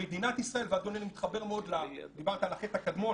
אדוני, דיברת על החטא הקדמון.